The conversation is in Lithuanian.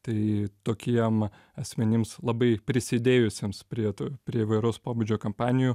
tai tokiem asmenims labai prisidėjusiems prie prie įvairaus pobūdžio kampanijų